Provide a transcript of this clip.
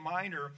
Minor